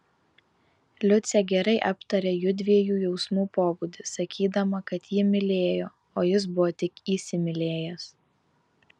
liucė gerai aptarė jųdviejų jausmų pobūdį sakydama kad ji mylėjo o jis buvo tik įsimylėjęs